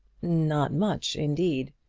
not much, indeed.